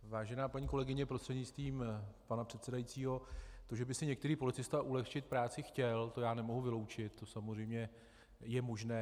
Vážená paní kolegyně prostřednictvím pana předsedajícího, to, že by si některý policista ulehčit práci chtěl, to já nemohu vyloučit, to samozřejmě je možné.